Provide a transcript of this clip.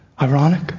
ironic